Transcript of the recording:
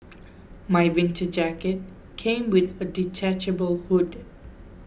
my winter jacket came with a detachable hood